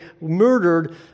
murdered